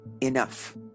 enough